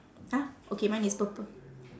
!huh! okay mine is purple